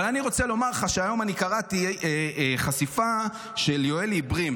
אבל אני רוצה לומר לך שהיום קראתי חשיפה של יואלי ברים,